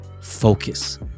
Focus